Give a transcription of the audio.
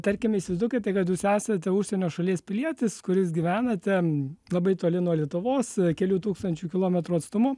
tarkim įsivaizduokite kad jūs esate užsienio šalies pilietis kuris gyvena ten labai toli nuo lietuvos kelių tūkstančių kilometrų atstumu